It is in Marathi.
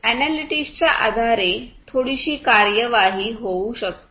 एनिलिटिक्सच्या आधारे थोडीशी कार्यवाही होऊ शकते